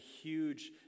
huge